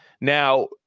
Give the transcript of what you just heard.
now